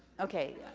okay,